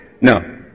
No